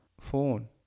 phone